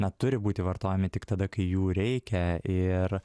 na turi būti vartojami tik tada kai jų reikia ir